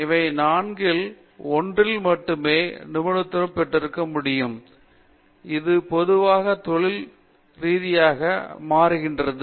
இவை நான்கில் ஒன்றில் மட்டுமே நிபுணத்துவம் பெற்றிருக்க முடியும் அது பொதுவாக மொழியியல் ரீதியாக மாறுகிறது